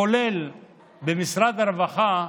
כולל במשרד הרווחה,